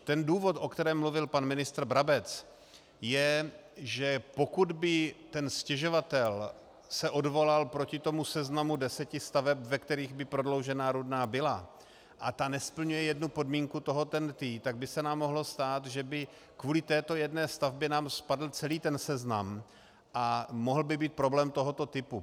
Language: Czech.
Ten důvod, o kterém mluvil pan ministr Brabec, je, že pokud by se ten stěžovatel odvolal proti seznamu deseti staveb, ve kterých by prodloužená Rudná byla, a ta nesplňuje jednu podmínku toho TENT, tak by se nám mohlo stát, že by kvůli této jedné stavbě nám spadl celý ten seznam a mohl by být problém tohoto typu.